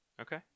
Okay